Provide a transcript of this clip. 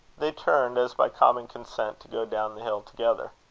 they turned, as by common consent, to go down the hill together.